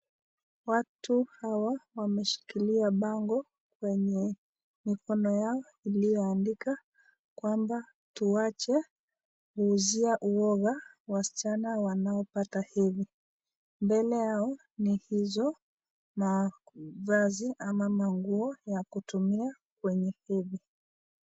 Watu hawa wameshikilia bango yenye mikono yao iliyoandika kwamba tuwache kuuzia uwonga wasichana wanaopata hedhi. Mbele yao ni hizo mavazi ama manguo ya kutumia kwenye hedhi.